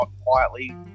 quietly